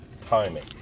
timing